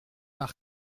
par